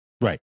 Right